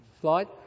slide